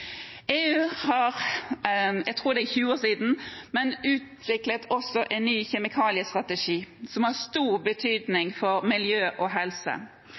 Jeg tror det er 20 år siden EU fikk en kjemikaliestrategi, men de har også utviklet en ny kjemikaliestrategi, som har stor betydning for miljø og helse.